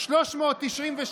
393,